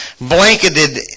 blanketed